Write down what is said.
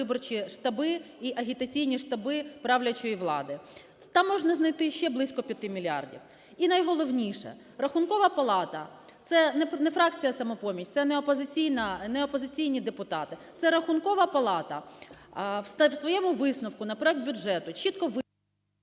передвиборчі штаби і агітаційні штаби правлячої влади. Там можна знайти ще близько 5 мільярдів. Інайголовніне, Рахункова палата - це не фракція "Самопоміч", це не опозиційні депутати, - це Рахункова палата в своєму висновку на проект бюджету чітко…